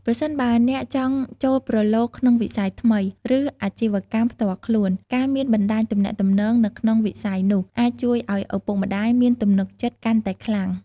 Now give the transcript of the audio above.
ប្រសិនបើអ្នកចង់ចូលប្រឡូកក្នុងវិស័យថ្មី ឬអាជីវកម្មផ្ទាល់ខ្លួន ការមានបណ្ដាញទំនាក់ទំនង នៅក្នុងវិស័យនោះអាចជួយឲ្យឪពុកម្ដាយមានទំនុកចិត្តកាន់តែខ្លាំង។